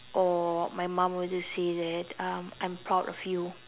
or my mum will just say that um I'm proud of you